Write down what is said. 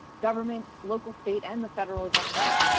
government, local, state and the federal government,